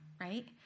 right